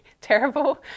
terrible